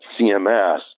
CMS